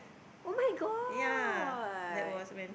[oh]-my-god